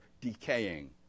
decaying